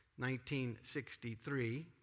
1963